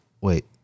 Wait